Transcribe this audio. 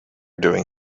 doing